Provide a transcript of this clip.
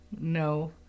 no